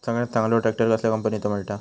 सगळ्यात चांगलो ट्रॅक्टर कसल्या कंपनीचो मिळता?